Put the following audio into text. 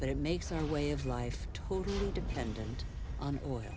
that it makes our way of life totally dependent on oil